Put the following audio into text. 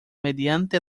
mediante